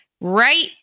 right